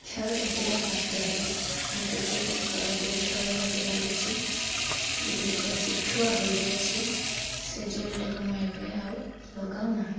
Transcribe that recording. କ୍ଷୟ କ୍ଷତିର ପାତ୍ର ହେଲି ମୋ ଚୁଟିଗୁଡ଼ିକ ଏବେ ଝଡ଼ିବାକୁ ଲାଗୁଛି ଚୁଟିଗୁଡ଼ିକ ସିଠୁଆ ହୋଇଯାଇଛି ସେ ଜେଲ୍ଟିକୁ ମୁଁ ଏବେ ଆଉ ଲଗାଉନାହିଁ